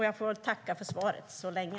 Jag får tacka för svaret så länge.